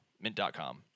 mint.com